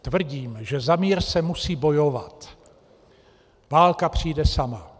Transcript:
Tvrdím, že za mír se musí bojovat, válka přijde sama.